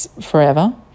forever